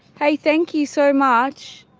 hey, thank you so much